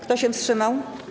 Kto się wstrzymał?